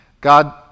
God